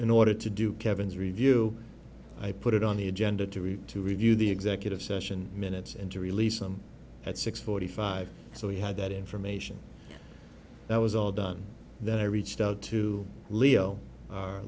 in order to do kevin's review i put it on the agenda to read to review the executive session minutes into release them at six forty five so we had that information that was all done that i reached out to leo